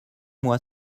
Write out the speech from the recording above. moi